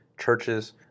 churches